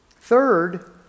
Third